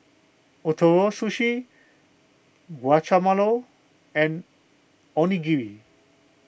Ootoro Sushi Guacamole and Onigiri